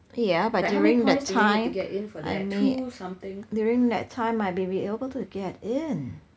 yeah but during that time I may during that time I may be able to get in